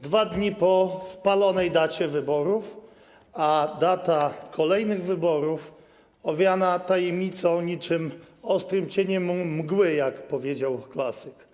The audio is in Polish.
2 dni po spalonej dacie wyborów, a data kolejnych wyborów jest owiana tajemnicą niczym ostrym cieniem mgły, jak powiedział klasyk.